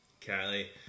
Cali